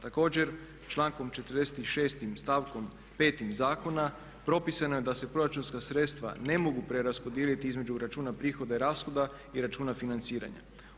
Također člankom 46. stavkom 5. zakona propisano je da se proračunska sredstva ne mogu preraspodijeliti između računa prihoda i rashoda i računa financiranja.